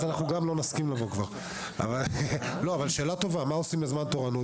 שאלה טובה מה עושים בזמן תורנות?